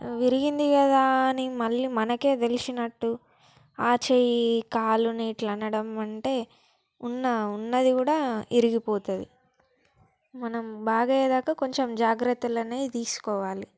విరిగింది కదా అని మళ్ళీ మనకే తెలిసినట్టు ఆ చెయ్యి కాలుని ఇట్ల నడవమంటే ఉన్న ఉన్నది కూడా ఇరిగిపోతుంది మనం బాగు అయ్యే దాకా కొంచెం జాగ్రత్తలు అనేవి తీసుకోవాలి